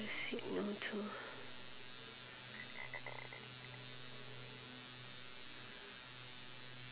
said no to